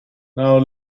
now